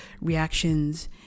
reactions